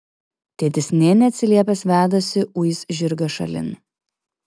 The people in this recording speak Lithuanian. tėtis nė neatsiliepęs vedasi uis žirgą šalin